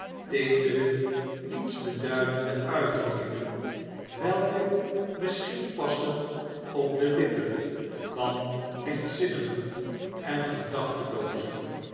teedere niets beduidende uitdrukkingen welke misschien passen op de lippen van lichtzinnigen en